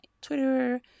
Twitter